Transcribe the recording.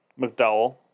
McDowell